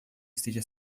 esteja